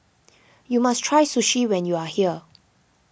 you must try sushi when you are here